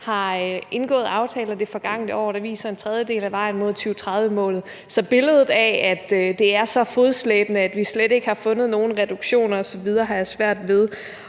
har indgået aftaler det forgangne år, der viser en tredjedel af vejen mod 2030-målet. Så billedet af, at det er så fodslæbende, at vi slet ikke har fundet nogen reduktioner, osv., har jeg svært ved